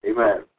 Amen